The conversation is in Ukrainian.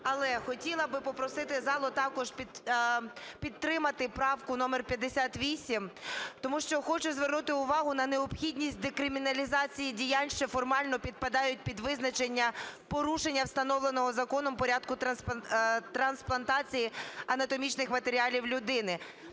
Але хотіла би попросити зал також підтримати правку номер 58. Тому що хочу звернути увагу на необхідність декриміналізації діянь, що формально підпадають під визначення "порушення встановленого законом порядку трансплантації анатомічних матеріалів людини".